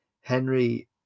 Henry